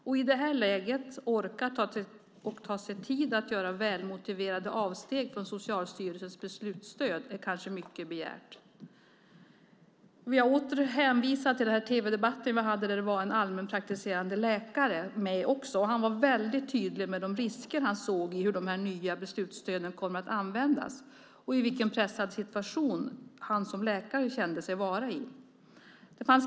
Att i detta läge orka och ta sig tid att göra välmotiverade avsteg från Socialstyrelsens beslutsstöd är kanske mycket begärt. Jag vill återigen hänvisa till tv-debatten som vi hade. Där var det en allmänpraktiserande läkare med också. Han var mycket tydlig med de risker han såg i hur de nya beslutsstöden kommer att användas och i vilken pressad situation han som läkare kände sig vara.